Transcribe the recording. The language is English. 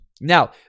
Now